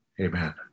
Amen